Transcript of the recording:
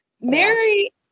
Mary